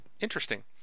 interesting